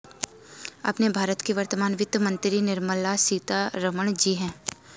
अपने भारत की वर्तमान वित्त मंत्री निर्मला सीतारमण जी हैं